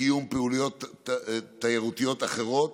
וקיום פעילויות תיירותיות אחרות